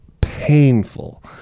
painful